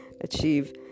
achieve